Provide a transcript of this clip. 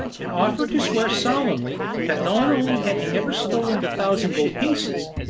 and offered to swear solemnly that not only had he never stolen the thousand gold pieces,